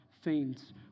faints